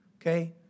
okay